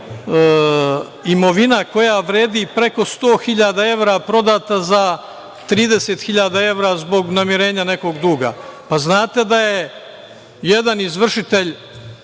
imovina koja vredi preko 100.000 evra prodata za 30.000 evra zbog namirenja nekog duga. Pa, znate da je jedan izvršitelj,